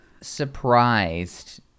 surprised